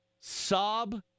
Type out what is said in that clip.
sob